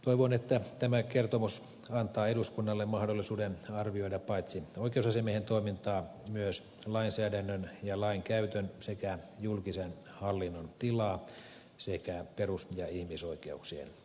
toivon että tämä kertomus antaa eduskunnalle mahdollisuuden arvioida paitsi oikeusasiamiehen toimintaa myös lainsäädännön ja lainkäytön sekä julkisen hallinnon tilaa sekä perus ja ihmisoikeuksien toteutumista